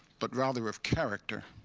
but rather of character,